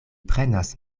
prenas